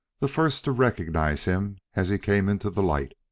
the first to recognize him as he came into the light.